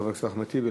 חבר הכנסת אחמד טיבי,